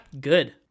Good